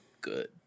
good